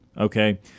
okay